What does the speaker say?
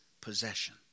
possession